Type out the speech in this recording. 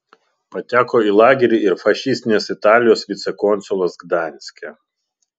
pateko į lagerį ir fašistinės italijos vicekonsulas gdanske